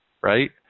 right